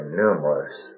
numerous